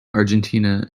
argentina